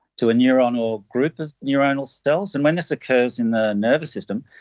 to a neuron or group of neuronal cells. and when this occurs in the nervous system,